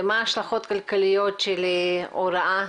ומה ההשלכות הכלכליות של ההוראה